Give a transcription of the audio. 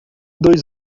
dois